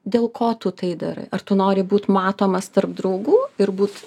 dėl ko tu tai darai ar tu nori būt matomas tarp draugų ir būt